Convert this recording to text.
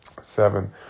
Seven